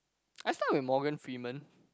I start with Morgan-Freeman